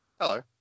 Hello